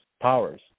powers